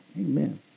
Amen